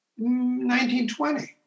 1920